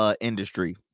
industry